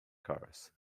cars